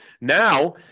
Now